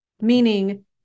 meaning